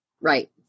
Right